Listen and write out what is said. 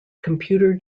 computer